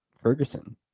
Ferguson